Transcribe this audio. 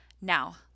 Now